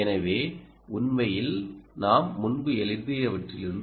எனவேஉண்மையில் நாம் முன்பு எழுதியவற்றிலிருந்து